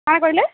କ'ଣ କହିଲେ